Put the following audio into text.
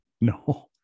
no